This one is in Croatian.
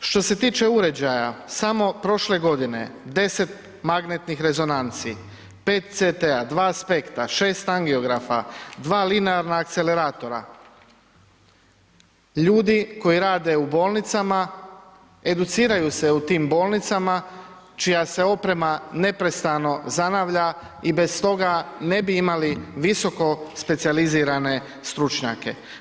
Što se tiče uređaja, samo prošle godine 10 magnetnih rezonanci, 5 CT-a, 2 aspekta, 6 angiografa, 2 linearna akceleratora ljudi koji rade u bolnicama educiraju se u tim bolnicama čija se oprema neprestano zanavlja i bez toga ne bi imali visokospecijalizirane stručnjake.